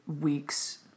weeks